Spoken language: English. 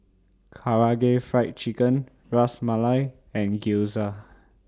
Karaage Fried Chicken Ras Malai and Gyoza